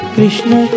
Krishna